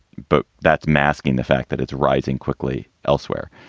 but that's masking the fact that it's rising quickly elsewhere.